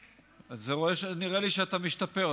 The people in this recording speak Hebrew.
נראה לי שאתה משתפר.